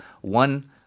one